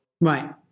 Right